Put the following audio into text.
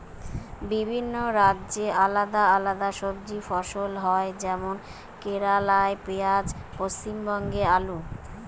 বিভিন্ন রাজ্যে আলদা আলদা সবজি ফসল হয় যেমন কেরালাই পিঁয়াজ, পশ্চিমবঙ্গে আলু